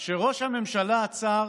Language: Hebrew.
שראש הממשלה עצר